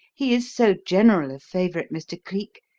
he is so general a favourite, mr. cleek,